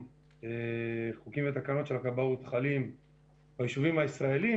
חלים על היישובים הישראלים,